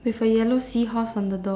with a yellow seahorse on the door